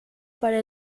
para